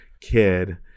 kid